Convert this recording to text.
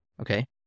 okay